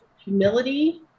humility